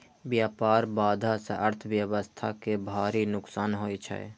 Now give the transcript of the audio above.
व्यापार बाधा सं अर्थव्यवस्था कें भारी नुकसान होइ छै